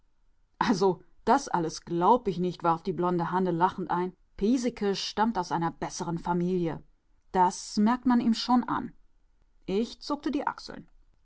das alles glaub ich nicht warf die blonde hanne lachend ein piesecke stammt aus einer besseren familie das merkt man ihm schon an ich zuckte die achseln